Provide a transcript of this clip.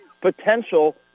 potential